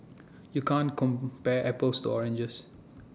you can't compare apples to oranges